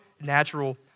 natural